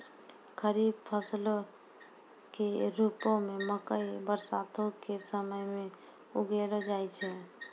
खरीफ फसलो के रुपो मे मकइ बरसातो के समय मे उगैलो जाय छै